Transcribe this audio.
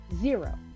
Zero